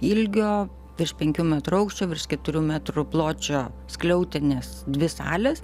ilgio virš penkių metrų aukščio virš keturių metrų pločio skliautinės dvi salės